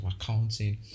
accounting